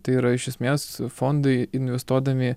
tai yra iš esmės fondai investuodami